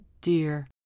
dear